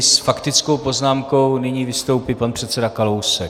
S faktickou poznámkou nyní vystoupí pan předseda Kalousek.